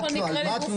על מה התלונה מדברת.